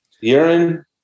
Urine